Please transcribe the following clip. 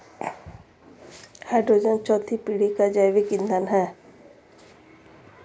hydrogen चौथी पीढ़ी का जैविक ईंधन है